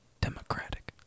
democratic